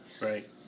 Right